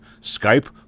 Skype